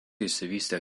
išsivystė